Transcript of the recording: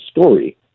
story